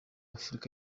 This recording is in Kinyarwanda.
afurika